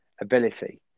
ability